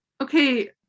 Okay